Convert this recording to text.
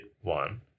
one